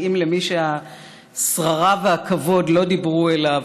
התאים למי שהשררה והכבוד לא דיברו אליו,